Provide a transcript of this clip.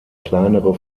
kleinere